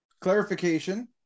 clarification